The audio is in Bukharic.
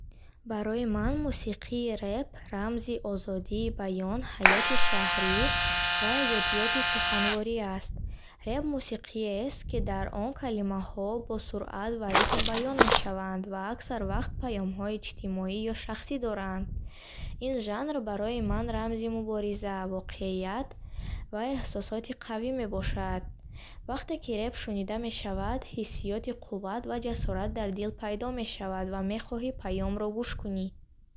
Барои ман мусиқии рэп рамзи озодии баён, ҳаёти шаҳрӣ ва эҷодиёти суханворӣ аст. Рэп мусиқиест, ки дар он калимаҳо бо суръат ва ритм баён мешаванд, ва аксар вақт паёмҳои иҷтимоӣ ё шахсӣ доранд. Ин жанр барои ман рамзи мубориза, воқеият ва эҳсосоти қавӣ мебошад. Вақте ки рэп шунида мешавад, ҳиссиёти қувват ва ҷасорат дар дил пайдо мешавад ва мехоҳӣ паёмро гӯш кунӣ.